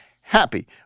happy